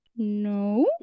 no